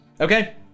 Okay